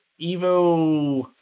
Evo